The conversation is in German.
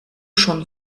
schon